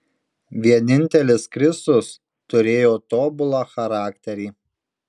vienintelis kristus turėjo tobulą charakterį